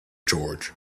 george